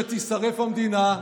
שתישרף המדינה,